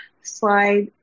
slide